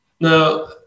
Now